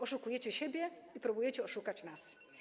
Oszukujecie siebie i próbujecie oszukać nas.